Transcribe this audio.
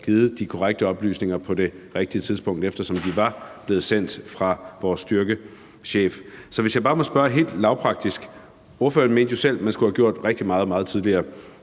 givet de korrekte oplysninger på det rigtige tidspunkt, eftersom de var blevet afsendt fra vores styrkechef. Så jeg vil bare have lov at spørge om noget helt lavpraktisk. Ordføreren mente jo selv, at man skulle have gjort rigtig meget meget tidligere.